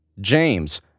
James